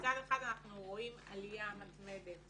מצד אחד אנחנו רואים עליה מתמדת